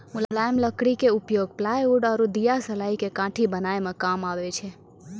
मुलायम लकड़ी के उपयोग प्लायउड आरो दियासलाई के काठी बनाय के काम मॅ आबै छै